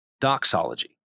doxology